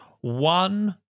One